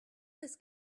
this